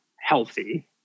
healthy